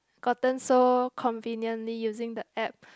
gotten so conveniently using the app